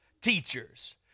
teachers